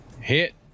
hit